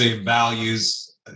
values